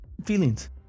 feelings